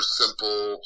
simple